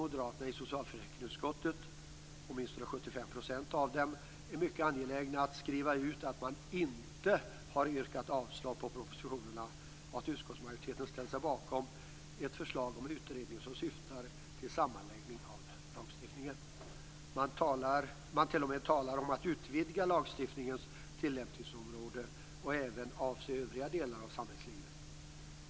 Moderaterna i socialförsäkringsutskottet - åtminstone 75 % av dem - är däremot mycket angelägna att skriva ut att man inte har yrkat avslag på propositionerna och att utskottsmajoriteten har ställt sig bakom ett förslag om en utredning som syftar till sammanläggning av lagstiftningen. Man t.o.m. talar om att utvidga lagstiftningens tillämpningsområde att även avse andra delar av samhällslivet.